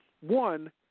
one